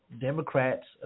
Democrats